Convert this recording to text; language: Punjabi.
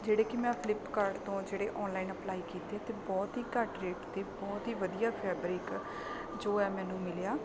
ਜਿਹੜੇ ਕਿ ਮੈਂ ਫਲਿੱਪਕਾਰਟ ਤੋਂ ਜਿਹੜੇ ਔਨਲਾਈਨ ਅਪਲਾਈ ਕੀਤੇ ਅਤੇ ਬਹੁਤ ਹੀ ਘੱਟ ਰੇਟ 'ਤੇ ਬਹੁਤ ਹੀ ਵਧੀਆ ਫੈਬਰਿਕ ਜੋ ਹੈ ਮੈਨੂੰ ਮਿਲਿਆ